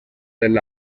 del